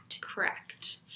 Correct